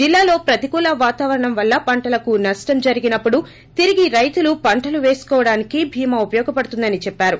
జిల్లాలో ప్రతికూల వాతావరణంవల్ల పంటలకు నష్షము జరిగినప్పుడు తిరిగి రైతులు పంటలు పేసుకోవడానికి భీమా ఉపయోగపడుతుందని చెప్పారు